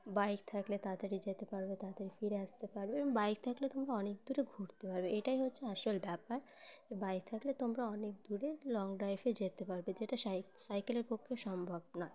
bike থাকলে তাড়াতাড়ি যেতে পারবে তাড়াতাড়ি ফিরে আসতে পারবে এবং বাইক থাকলে তোমরা অনেক দূরে ঘুরতে পারবে এটাই হচ্ছে আসল ব্যাপার বাইক থাকলে তোমরা অনেক দূরে লং ড্রাইভে যেতে পারবে যেটা সাই সাইকেলের পক্ষে সম্ভব নয়